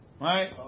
Right